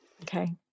okay